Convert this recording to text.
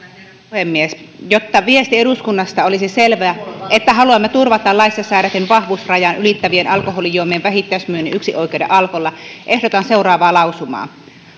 puhemies jotta viesti eduskunnasta olisi selvä että haluamme turvata laissa säädetyn vahvuusrajan ylittävien alkoholijuomien vähittäismyynnin yksinoikeuden alkolla ehdotan seuraavaa lausumaa